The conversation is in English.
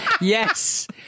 yes